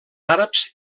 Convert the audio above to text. àrabs